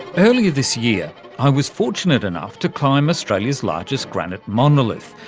earlier this year i was fortunate enough to climb australia's largest granite monolith,